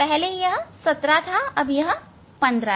पहले यह 17 था अब 15 है